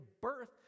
birth